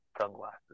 sunglasses